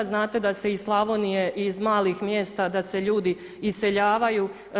Znate da se iz Slavonije iz malih mjesta, da se ljudi iseljavaju.